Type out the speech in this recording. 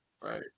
right